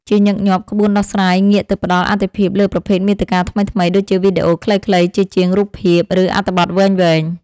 ជាញឹកញាប់ ក្បួនដោះស្រាយងាកទៅផ្ដល់អាទិភាពលើប្រភេទមាតិកាថ្មីៗ ដូចជាវីដេអូខ្លីៗជាជាងរូបភាព ឬអត្ថបទវែងៗ។